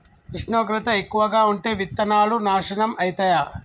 ఉష్ణోగ్రత ఎక్కువగా ఉంటే విత్తనాలు నాశనం ఐతయా?